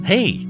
Hey